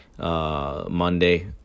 Monday